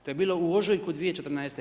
To je bilo u ožujku 2014.